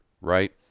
right